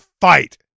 fight